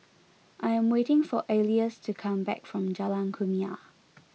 I am waiting for Alois to come back from Jalan Kumia